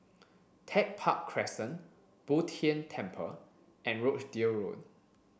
Tech Park Crescent Bo Tien Temple and Rochdale Road